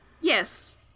Yes